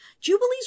Jubilees